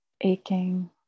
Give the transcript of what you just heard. aching